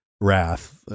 wrath